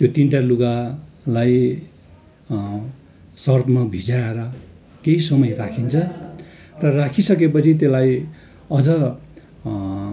यो तिनवटा लुगालाई सर्फमा भिजाएर केही समय राखिन्छ र राखिसकेपछि त्यसलाई अझ